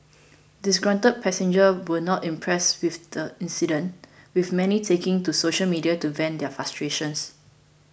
disgruntled passengers were not impressed with the incident with many taking to social media to vent their frustrations